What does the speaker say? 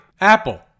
Apple